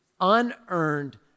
unearned